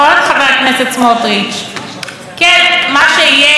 מה שיהיה כוכב האירוע של המושב הזה: